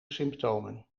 symptomen